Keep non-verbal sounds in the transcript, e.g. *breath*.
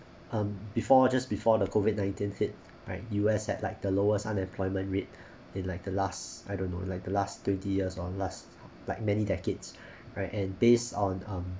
um before just before the COVID nineteen right U_S at like the lowest unemployment rate *breath* it like the last I don't know like the last twenty years or last like many decades *breath* right and based on um